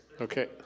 Okay